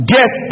Death